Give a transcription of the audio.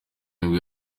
nibwo